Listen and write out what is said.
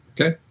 Okay